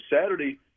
Saturday